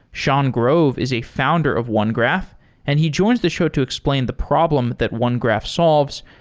sean grove is a founder of onegraph and he joins the show to explain the problem that onegraph solves,